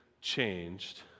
changed